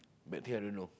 bad thing I don't know